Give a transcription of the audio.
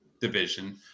division